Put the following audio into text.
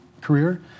career